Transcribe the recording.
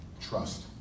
trust